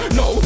no